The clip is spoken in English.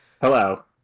Hello